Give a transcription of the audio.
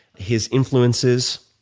his influences,